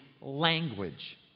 language